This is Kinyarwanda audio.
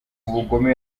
ubugome